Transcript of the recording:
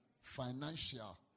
financial